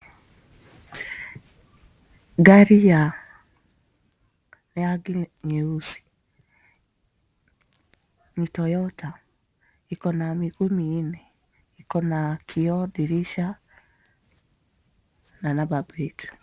ngari ya rangi nyeusi, ni toyota, ikona miguu miine na kioo dirisha, na number plate